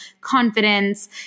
confidence